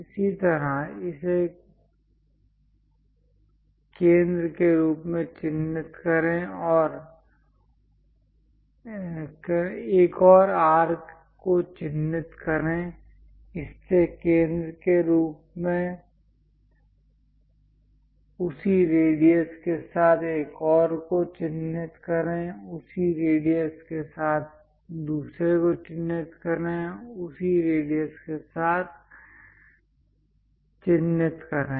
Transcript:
इसी तरह इसे केंद्र के रूप में चिह्नित करें एक और आर्क को चिह्नित करें इससे केंद्र के रूप में उसी रेडियस के साथ एक और को चिह्नित करें उसी रेडियस के साथ दूसरे को चिह्नित करें उसी रेडियस को दूसरे के साथ चिह्नित करें